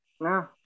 No